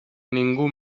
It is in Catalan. ningú